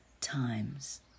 times